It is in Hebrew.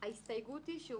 ההסתייגות היא שהוא